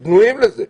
הם בנויים לזה.